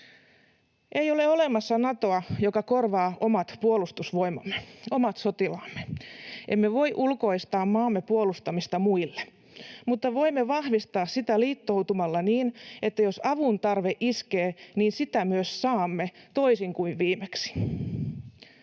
Ei ole olemassa Natoa, joka korvaa omat Puolustusvoimamme, omat sotilaamme. Emme voi ulkoistaa maamme puolustamista muille, mutta voimme vahvistaa sitä liittoutumalla niin, että jos avun tarve iskee, sitä myös saamme, toisin kuin viimeksi.